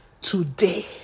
today